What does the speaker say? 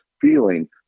feeling